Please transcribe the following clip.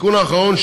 התיקון האחרון,